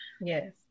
Yes